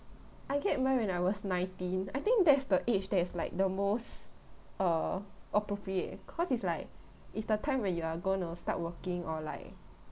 I get mine when I was nineteen I think that's the age that's like the most uh appropriate cause it's like it's the time when you are going to start working or like